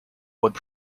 would